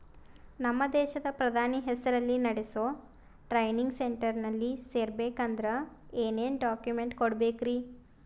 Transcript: ನಮ್ಮ ದೇಶದ ಪ್ರಧಾನಿ ಹೆಸರಲ್ಲಿ ನೆಡಸೋ ಟ್ರೈನಿಂಗ್ ಸೆಂಟರ್ನಲ್ಲಿ ಸೇರ್ಬೇಕಂದ್ರ ಏನೇನ್ ಡಾಕ್ಯುಮೆಂಟ್ ಕೊಡಬೇಕ್ರಿ?